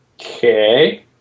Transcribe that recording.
Okay